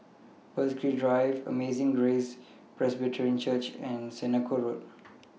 Burghley Drive Amazing Grace Presbyterian Church and Senoko Road